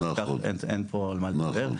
ואין על מה לדבר פה.